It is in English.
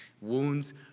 Wounds